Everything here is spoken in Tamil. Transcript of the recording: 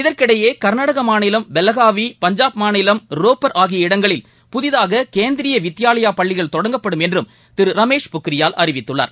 இதற்கிடையே கர்நாடகமாநிலம் பெலகாவி பஞ்சாப் மாநிலம் ரோப்பர் ஆகிய இடங்களில் புதிதாககேந்திரியவித்யாலயாபள்ளிகள் தொடங்கப்படும் என்றும் திருரமேஷ் பொக்ரியால் அறிவித்துள்ளார்